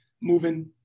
moving